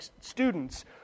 students